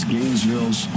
Gainesville's